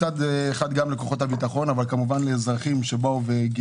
מצד אחד גם לכוחות הביטחון אבל גם לאזרחים שגילו